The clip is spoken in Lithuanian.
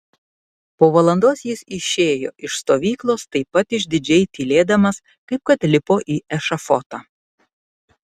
po valandos jis išėjo iš stovyklos taip pat išdidžiai tylėdamas kaip kad lipo į ešafotą